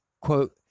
quote